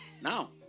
Now